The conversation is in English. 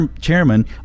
chairman